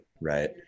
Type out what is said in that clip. right